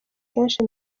kenshi